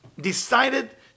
decided